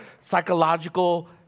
psychological